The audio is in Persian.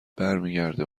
برمیگرده